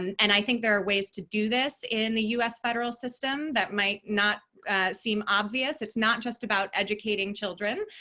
and i think there are ways to do this in the us federal system that might not seem obvious. it's not just about educating children.